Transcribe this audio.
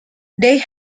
they